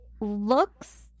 looks